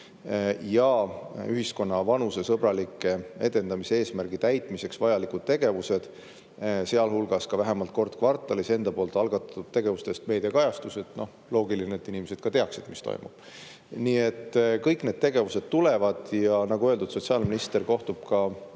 ja ühiskonna vanusesõbraliku edendamise eesmärgi täitmiseks vajalikud tegevused, sealhulgas vähemalt kord kvartalis enda poolt algatatud tegevustest meediakajastused. Loogiline, et inimesed ka teaksid, mis toimub. Nii et kõik need tegevused tulevad. Nagu öeldud, sotsiaalminister kohtub ka